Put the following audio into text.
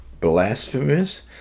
blasphemous